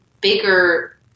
bigger